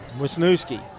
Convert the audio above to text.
Wisniewski